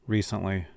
Recently